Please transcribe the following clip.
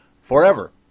forever